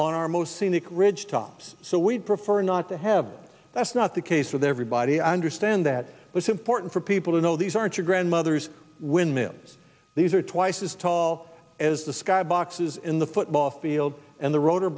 on our most scenic ridge tops so we'd prefer not to have that's not the case with everybody i understand that it's important for people to know these aren't your grandmothers when ms these are twice as tall as the sky boxes in the football field and the ro